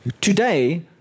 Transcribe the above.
Today